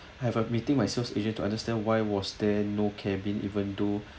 have a meeting my sales agent to understand why was there no cabin even though